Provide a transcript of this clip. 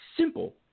Simple